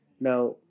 now